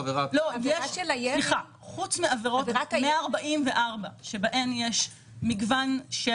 חוץ מעבירות על פי סעיף 144, שבהן יש מגוון של